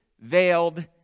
veiled